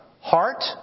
heart